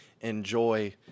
enjoy